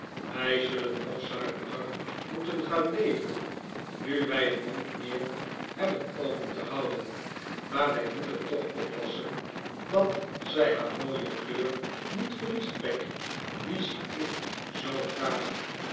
wij zullen nog zuiniger moeten gaan leven nu wij een mond meer hebben open te houden maar wij moeten toch oppassen dat zij haar mooie kleur niet verliest peg die zie ik zoo graag